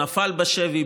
נפל בשבי,